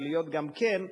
ולהיות גם כן,